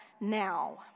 now